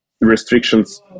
restrictions